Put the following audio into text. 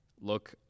Look